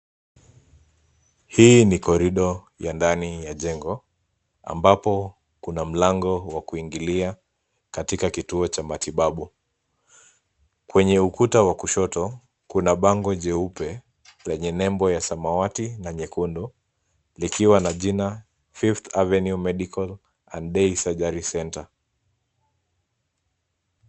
Hii ni korido ya ndani ya jengo ambapo kuna mlango wa kuingilia katika kituo cha matibabu. Kwenye ukuta wa kushoto, kuna bango jeupe lenye nembo ya samawati na nyekundu likiwa na jina fifth avenue medical and day surgery centre .